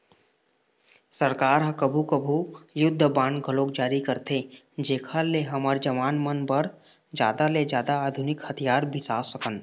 सरकार ह कभू कभू युद्ध बांड घलोक जारी करथे जेखर ले हमर जवान मन बर जादा ले जादा आधुनिक हथियार बिसा सकन